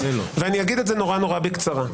ואני אגיד את זה נורא-נורא בקצרה.